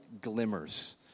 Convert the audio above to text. glimmers